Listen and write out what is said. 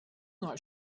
not